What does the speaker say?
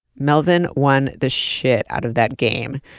melvin won the shit out of that game,